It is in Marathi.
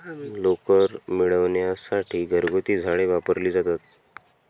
लोकर मिळविण्यासाठी घरगुती झाडे वापरली जातात